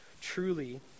Truly